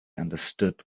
understood